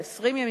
על 20 ימים,